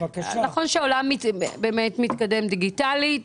ככל שהעולם באמת מתקדם דיגיטלית,